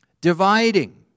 Dividing